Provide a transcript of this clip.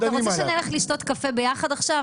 עלי, אתה רוצה שנלך לשתות קפה ביחד עכשיו?